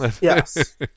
Yes